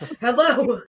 Hello